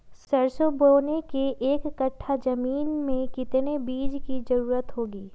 सरसो बोने के एक कट्ठा जमीन में कितने बीज की जरूरत होंगी?